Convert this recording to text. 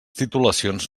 titulacions